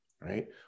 right